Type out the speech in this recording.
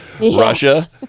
russia